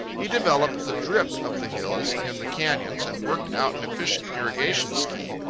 he developed the drip of the hills in the canyons and worked out an efficient irrigation scheme,